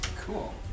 Cool